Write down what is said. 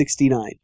69